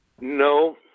No